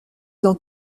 dans